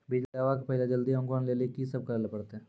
बीज लगावे के पहिले जल्दी अंकुरण लेली की सब करे ले परतै?